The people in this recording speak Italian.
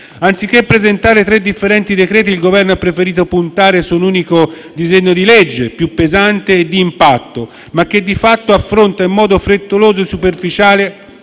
Anziché presentare tre differenti decreti-legge, il Governo ha preferito puntare su un unico provvedimento più pesante e di impatto, ma che di fatto affronta in modo frettoloso e superficiale,